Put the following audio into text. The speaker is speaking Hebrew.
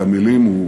את המילים הוא